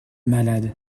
malade